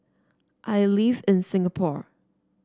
I live in Singapore